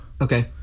Okay